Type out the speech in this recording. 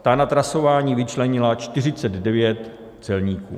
Ta na trasování vyčlenila 49 celníků.